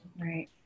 Right